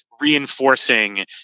reinforcing